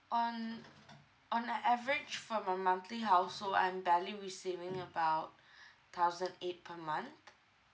on on a average for my monthly household I'm barely receiving about thousand eight per month